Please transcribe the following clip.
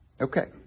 Okay